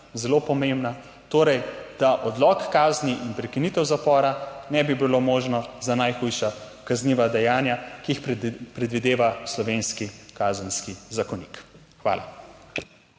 zelo pomembna, torej da odlog kazni in prekinitev zapora ne bi bilo možno za najhujša kazniva dejanja, ki jih predvideva slovenski Kazenski zakonik. Hvala.